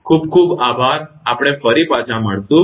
ખૂબ ખૂબ આભાર આપણે ફરી પાછા મળીશું